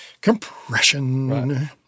compression